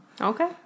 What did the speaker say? Okay